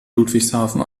ludwigshafen